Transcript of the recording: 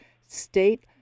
state